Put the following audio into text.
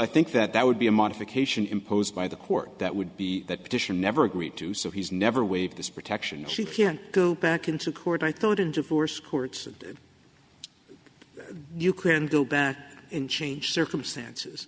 i think that that would be a modification imposed by the court that would be that petition never agreed to so he's never waived this protection she can go back into court i thought in divorce court you can go back and change circumstances